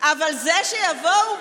אבל שיבואו,